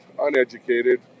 uneducated